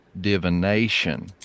divination